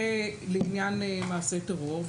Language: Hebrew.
זה לעניין מעשה טרור.